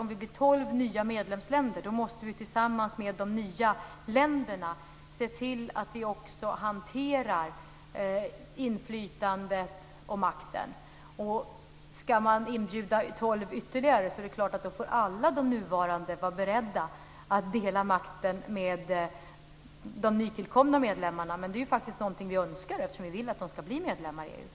Om det blir tolv nya medlemsländer är det naturligt att vi tillsammans med dessa nya länder ser till att vi också hanterar inflytandet och makten. Ska man inbjuda ytterligare tolv länder är det klart att alla de nuvarande medlemmarna får vara beredda att dela makten med de nytillkomna medlemmarna. Men det är faktiskt någonting vi önskar, eftersom vi vill att de ska bli medlemmar i EU.